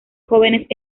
jóvenes